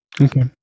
okay